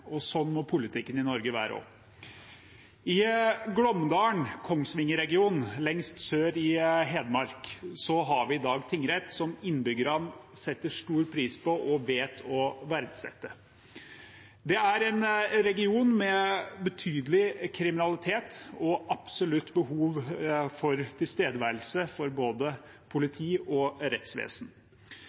og sånn må politikken i Norge være også. I Glåmdalen i Kongsvinger-regionen, lengst sør i Hedmark, har vi i dag en tingrett som innbyggerne setter stor pris på og vet å verdsette. Det er en region med betydelig kriminalitet og absolutt behov for tilstedeværelse av både politi og rettsvesen.